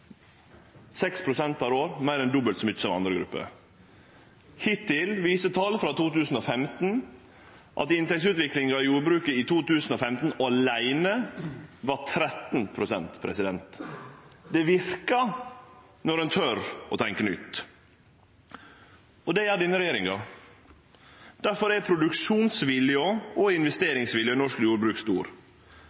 pst. per år, meir enn dobbelt så mykje som andre grupper. Hittil viser tal frå 2015 at inntektsutviklinga i jordbruket i 2015 aleine var på 13 pst. Det verkar, når ein tør å tenkje nytt, og det gjer denne regjeringa. Difor er produksjonsviljen og investeringsviljen i norsk jordbruk stor,